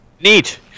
Neat